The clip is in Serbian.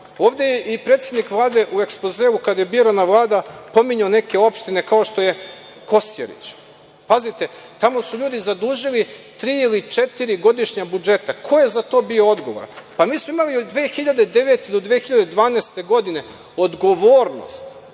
Ovde je i predsednik Vlade u ekspozeu, kada je birana Vlada, pominjao neke opštine kao što je Kosjerić. Tamo su ljudi zadužili tri ili četiri godišnja budžeta. Ko je za to bio odgovoran? Mi smo imali od 2009. godine do 2012. godine odgovornost,